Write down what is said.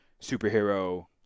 superhero